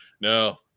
No